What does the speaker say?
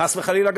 חס וחלילה,